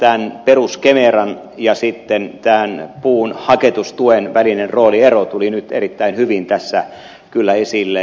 tämän perus kemeran ja sitten tämän puun haketustuen välinen rooliero tuli nyt erittäin hyvin tässä kyllä esille